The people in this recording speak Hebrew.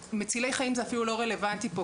"מצילי חיים" זה אפילו לא רלוונטי פה,